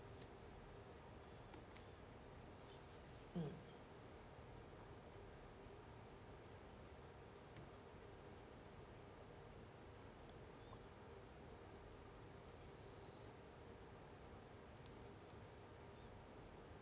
mm